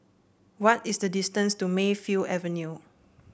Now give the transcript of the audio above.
what is the distance to Mayfield Avenue